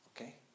okay